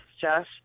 Josh